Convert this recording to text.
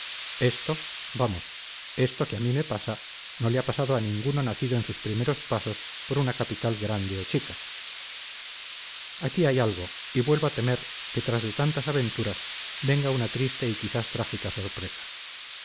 esto vamos esto que a mí me pasa no le ha pasado a ningún nacido en sus primeros pasos por una capital grande o chica aquí hay algo y vuelvo a temer que tras de tantas venturas venga una triste y quizás trágica sorpresa